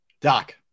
Doc